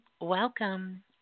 Welcome